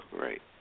right